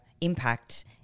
impact